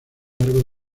largo